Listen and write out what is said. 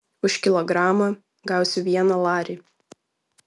už kilogramą gausiu vieną larį